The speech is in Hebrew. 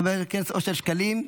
חבר הכנסת אושר שקלים,